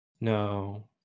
No